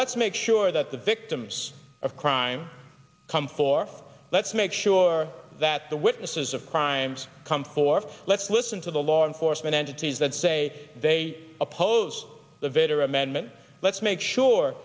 let's make sure that the victims of crime come for let's make sure that the witnesses of crimes come forth let's listen to the law enforcement entities that say they oppose the vitter amendment let's make sure